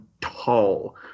tall